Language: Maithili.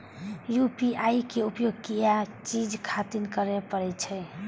यू.पी.आई के उपयोग किया चीज खातिर करें परे छे?